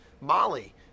Molly